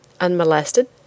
Unmolested